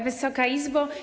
Wysoka Izbo!